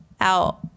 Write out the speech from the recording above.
out